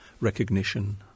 recognition